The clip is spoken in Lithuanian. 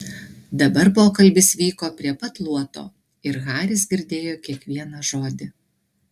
dabar pokalbis vyko prie pat luoto ir haris girdėjo kiekvieną žodį